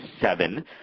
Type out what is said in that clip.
seven